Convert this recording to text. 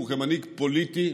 כמנהיג פוליטי,